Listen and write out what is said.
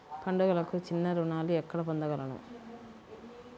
పండుగలకు చిన్న రుణాలు ఎక్కడ పొందగలను?